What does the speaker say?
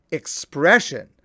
expression